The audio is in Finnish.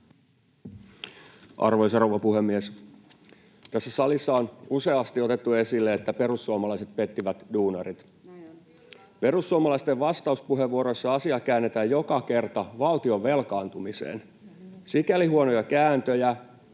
Arvoisa rouva puhemies! Tässä salissa on useasti otettu esille, että perussuomalaiset pettivät duunarit. Perussuomalaisten vastauspuheenvuoroissa asia käännetään joka kerta valtion velkaantumiseen. Sikäli huonoja kääntöjä,